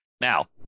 Now